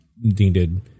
needed